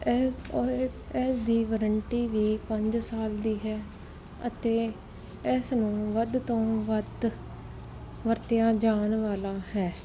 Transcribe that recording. ਇਸ ਉਹ ਹੈ ਇਸ ਦੀ ਵਰੰਟੀ ਵੀ ਪੰਜ ਸਾਲ ਦੀ ਹੈ ਅਤੇ ਇਸ ਨੂੰ ਵੱਧ ਤੋਂ ਵੱਧ ਵਰਤਿਆ ਜਾਣ ਵਾਲਾ ਹੈ